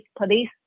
police